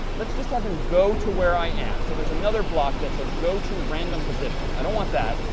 let's just have him go to where i am. so there's another block that says go to random position. i don't want that.